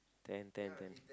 ten ten ten